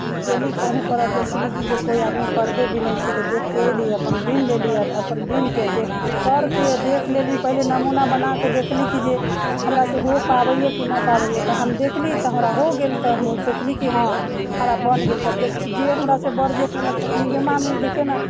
हम गेली कहुँपर आ देखली कि जे कोइ आदमी पर्दे बीनै छै तऽ देखिके अयली अपन बीन लेली आओर अपन बिन कऽ देख करके देख लेली पहिने नमूना बना कऽ देखली कि जे हमरासँ हो पाबैए कि नहि पाबैए तऽ हम देखली तऽ हमरा हो गेल तऽ हमहूँ सोचली कि हँ हमरा बनि गेल तऽ देख जे हमरासँ बड़ जेठ रहलक तऽ कहली हे मामी देखियौ ने